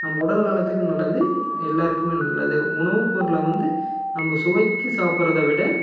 நம்ம உடல்நலத்துக்கு நல்லது எல்லோருக்குமே நல்லது உணவுப் பொருளை வந்து நம்ம சுவைக்கு சாப்பிட்றத விட